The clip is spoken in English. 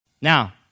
Now